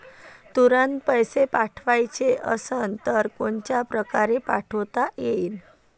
तुरंत पैसे पाठवाचे असन तर कोनच्या परकारे पाठोता येईन?